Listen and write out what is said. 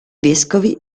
vescovi